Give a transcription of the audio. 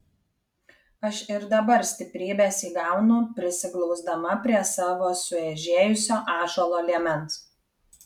aš ir dabar stiprybės įgaunu prisiglausdama prie savo sueižėjusio ąžuolo liemens